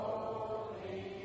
Holy